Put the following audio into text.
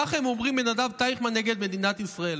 כך הם אומרים בנדב טייכמן נ' מדינת ישראל,